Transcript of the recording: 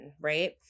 right